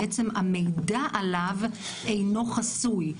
בעצם המידע עליו אינו חסוי,